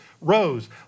rose